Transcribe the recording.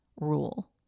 rule